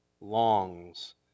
longs